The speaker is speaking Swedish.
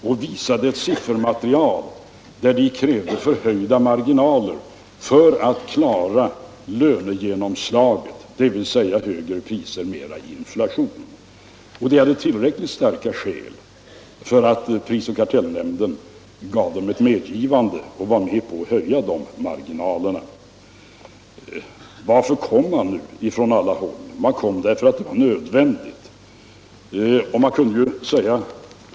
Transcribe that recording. De visade fram ett siffermaterial och krävde förhöjda marginaler — dvs. högre priser och större inflation — för att klara lönepåslaget. Och de hade tillräckligt starka skäl för att prisoch kartellnämnden medgav att de fick höja marginalerna. Varför kom man nu från alla håll och begärde detta? Man kom därför att det var nödvändigt.